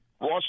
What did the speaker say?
Ross